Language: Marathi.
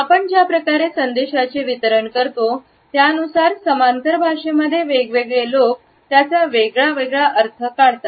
आपण ज्या प्रकारे संदेशाचे वितरण करतो त्यानुसार समांतर भाषेमध्ये वेगवेगळे लोकं त्याचा वेगळा अर्थ काढतात